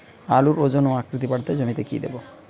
আলুর ওজন ও আকৃতি বাড়াতে জমিতে কি দেবো?